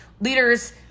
leaders